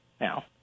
now